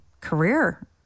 career